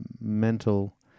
mental